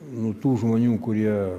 nu tų žmonių kurie